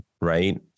right